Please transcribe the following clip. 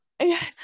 Yes